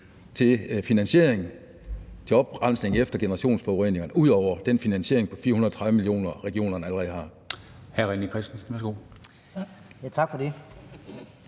til finansiering af oprensningen efter generationsforureninger ud over den finansiering på 430 mio. kr., regionerne allerede har.